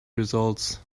results